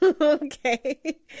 Okay